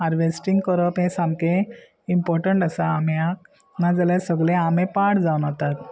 harvesting करप हें सामकें इम्पोर्टंट आसा आम्याक ना जाल्यार सगले आंबे पाड जावन वतात